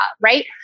right